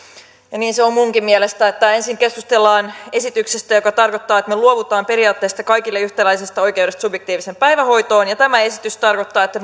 ja niin se on minunkin mielestäni ensin keskustellaan esityksestä joka tarkoittaa että me luovumme periaatteesta kaikille yhtäläisestä oikeudesta subjektiiviseen päivähoitoon ja tämä esitys tarkoittaa että